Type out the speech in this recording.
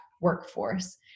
workforce